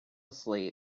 asleep